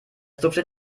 duftet